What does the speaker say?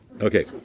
Okay